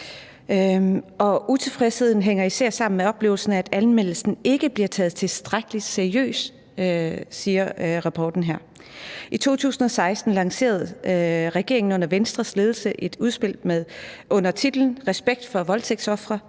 Utilfredsheden hænger især sammen med oplevelsen af, at anmeldelsen ikke bliver taget tilstrækkelig seriøst, siger rapporten her. I 2016 lancerede regeringen under Venstres ledelse et udspil med titlen »Respekt for voldtægtsofre«.